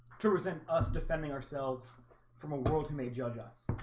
to resent us defending ourselves from a world who may judge us